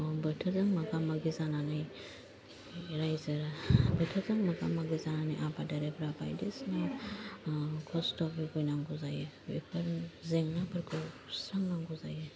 बोथोरजों मोगा मोगि जानानै रायजो बोथोरजों मोगा मोगि जानानै आबादारिफ्रा बायदिसिना खस्थ' बुगिनांगौ जायो बेफोर जेंनाफोरखौ सुस्रां नांगौ जायो